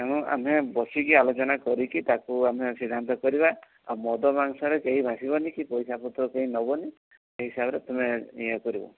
ତେଣୁ ଆମେ ବସିକି ଆଲୋଚନା କରିକି ତାକୁ ଆମେ ସିଦ୍ଧାନ୍ତ କରିବା ଆଉ ମଦ ମାଂସରେ କେହି ଭାସିବନି କି ପଇସାପତର କେହି ନେବନି ସେଇ ହିସାବରେ ତୁମେ ଇଏ କରିବ